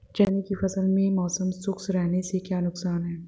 चने की फसल में मौसम शुष्क रहने से क्या नुकसान है?